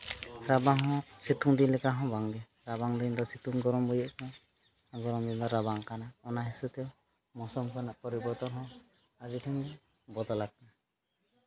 ᱨᱟᱵᱟᱝ ᱦᱚᱸ ᱥᱤᱛᱩᱝ ᱫᱤᱱ ᱞᱮᱠᱟ ᱦᱚᱸ ᱵᱟᱝᱜᱮ ᱨᱟᱵᱟᱝ ᱫᱤᱱ ᱫᱚ ᱥᱤᱛᱩᱝ ᱜᱚᱨᱚᱢ ᱵᱩᱡᱷᱟᱹᱜ ᱠᱟᱱᱟ ᱜᱚᱨᱚᱢ ᱫᱤᱱ ᱫᱚ ᱨᱟᱵᱟᱝ ᱠᱟᱱᱟ ᱚᱱᱟ ᱦᱤᱥᱟᱹᱵᱽ ᱛᱮ ᱢᱚᱥᱩᱢ ᱨᱮᱱᱟᱜ ᱯᱚᱨᱤᱵᱚᱨᱛᱚᱱ ᱦᱚᱸ ᱟᱹᱰᱤᱜᱮ ᱵᱚᱫᱚᱞ ᱟᱠᱟᱱᱟ